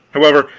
however,